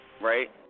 right